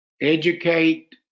educate